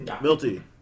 Milty